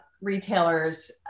retailers